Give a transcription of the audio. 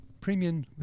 Premium